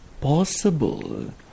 possible